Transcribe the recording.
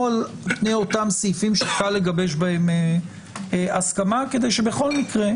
על-פני אותם סעיפים שקל לגבש בהם הסכמה כדי שבכל מקרה,